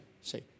See